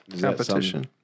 Competition